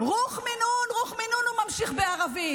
רוח מן הון, רוח מן הון, הוא ממשיך בערבית.